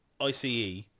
ICE